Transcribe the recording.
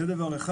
זה דבר אחד.